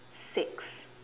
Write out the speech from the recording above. six